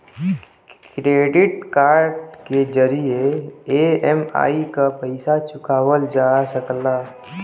credit card के जरिये EMI क पइसा चुकावल जा सकला